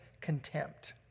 contempt